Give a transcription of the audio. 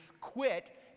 quit